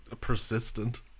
persistent